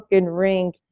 ring